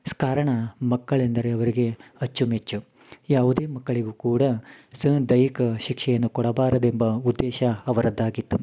ಕಾರಣ ಮಕ್ಕಳೆಂದರೆ ಅವರಿಗೆ ಅಚ್ಚುಮೆಚ್ಚು ಯಾವುದೇ ಮಕ್ಕಳಿಗು ಕೂಡ ಸ ದೈಹಿಕ ಶಿಕ್ಷೆಯನ್ನು ಕೊಡಬಾರದೆಂಬ ಉದ್ದೇಶ ಅವರದ್ದಾಗಿತ್ತು